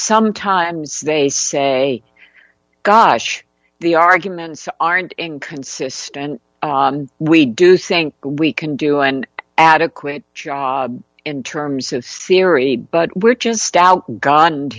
sometimes they say gosh the arguments aren't inconsistent we do think we can do an adequate job in terms of sciri but we're just outgunned